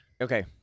Okay